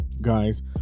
Guys